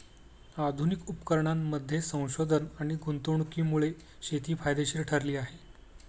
आधुनिक उपकरणांमध्ये संशोधन आणि गुंतवणुकीमुळे शेती फायदेशीर ठरली आहे